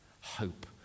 Hope